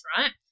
Right